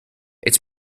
its